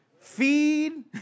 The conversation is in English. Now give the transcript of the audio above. Feed